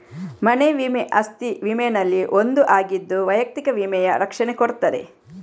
ಮನೆ ವಿಮೆ ಅಸ್ತಿ ವಿಮೆನಲ್ಲಿ ಒಂದು ಆಗಿದ್ದು ವೈಯಕ್ತಿಕ ವಿಮೆಯ ರಕ್ಷಣೆ ಕೊಡ್ತದೆ